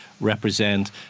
represent